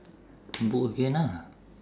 can book again ah